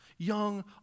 Young